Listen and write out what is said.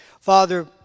Father